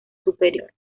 superior